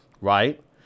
right